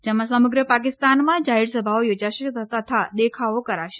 જેમાં સમગ્ર પાકિસ્તાનમાં જાહેરસભાઓ યોજાશે તથા દેખાવો કરાશે